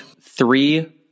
three